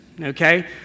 okay